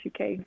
uk